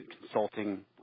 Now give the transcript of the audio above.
consulting